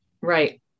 Right